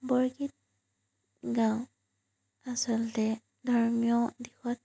বৰগীত গাঁও আচলতে ধৰ্মীয় দিশত